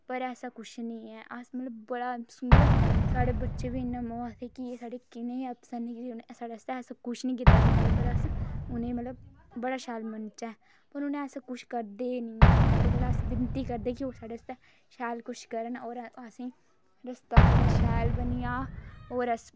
पर ऐसा कुछ नी ऐ अस मतलब बड़ा मतलब साढ़े बच्चे बी आखदे की साढ़े कनेह् अफसर न उ'नें स्हाड़े आस्तै ऐसा कुछ नी कीता जिं'दे पर अस्स उ'नेंगी मतलब बड़ा शैल मनचै पर उ'नें ऐसा कुछ करदे ही नी हैन इस गल्ला अस विनती करदे कि ओह् साढ़े शैल कुछ करन और अस रस्ता साढ़ा शैल बनी जा और अस